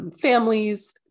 Families